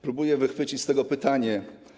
Próbuję wychwycić z tego pytanie.